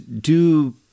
do-